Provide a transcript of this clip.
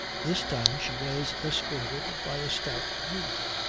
this time she was escorted by a stout youth.